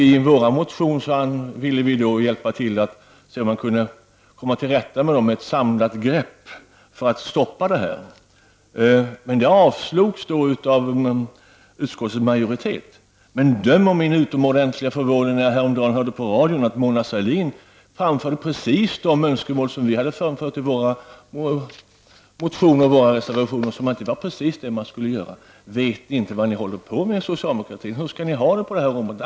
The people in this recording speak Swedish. I vår motion hade vi förslag till att hjälpa till att komma till rätta med detta genom ett samlat grepp. Men utskottsmajoriteten har avstyrkt motionen. Döm om min utomordentliga förvåning när jag häromdagen hörde på radion att Mona Sahlin framförde precis de önskemål som vi framfört i våra motioner och reservationer. Vet ni inte vad ni håller på med inom socialdemokratin? Hur skall ni ha det på det här området?